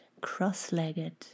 cross-legged